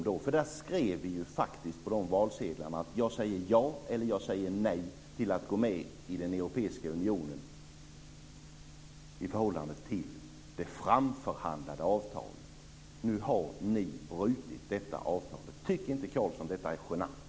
Vi skrev ju faktiskt på valsedlarna: Jag säger ja eller nej till att gå med i den europeiska unionen i förhållande till det framförhandlade avtalet. Nu har ni brutit detta avtal. Tycker inte Carlsson att detta är genant?